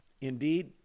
Indeed